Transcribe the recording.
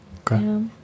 Okay